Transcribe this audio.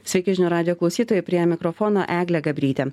sveiki žinių radijo klausytojai prie mikrofono eglė gabrytė